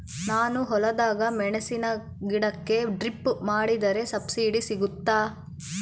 ನಾನು ಹೊಲದಾಗ ಮೆಣಸಿನ ಗಿಡಕ್ಕೆ ಡ್ರಿಪ್ ಮಾಡಿದ್ರೆ ಸಬ್ಸಿಡಿ ಸಿಗುತ್ತಾ?